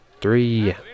three